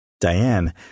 Diane